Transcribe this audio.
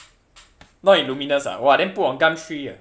not in lumiNUS ah !wah! then put on gumtree ah